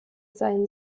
sein